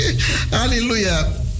Hallelujah